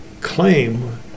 claim